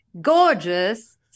gorgeous